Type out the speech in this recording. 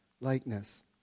likeness